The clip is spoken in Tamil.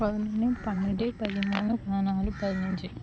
பதினொன்று பன்னெண்டு பதிமூணு பதினாலு பதினஞ்சு